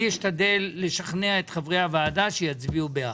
אני אשתדל לשכנע את חברי הוועדה שיצביעו בעד.